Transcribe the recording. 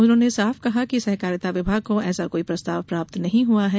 उन्होंने साफ कहा कि सहकारिता विभाग को ऐसा कोई प्रस्ताव प्राप्त नहीं हुआ है